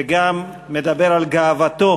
וגם מדבר על גאוותו